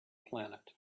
planet